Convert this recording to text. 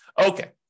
Okay